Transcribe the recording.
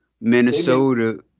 Minnesota